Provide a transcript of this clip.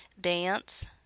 Dance